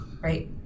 Right